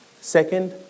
second